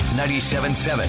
97.7